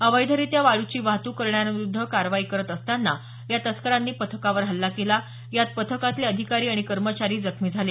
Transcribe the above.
अवैधरित्या वाळूची वाहतूक करणाऱ्यांविरूद्ध कारवाई करत असताना या तस्करांनी पथकावर केला यात पथकातले अधिकारी आणि कर्मचारी जखमी झाले